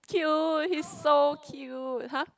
cute he's so cute !huh!